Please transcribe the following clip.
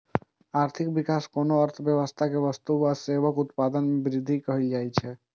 आर्थिक विकास कोनो अर्थव्यवस्था मे वस्तु आ सेवाक उत्पादन मे वृद्धि कें कहल जाइ छै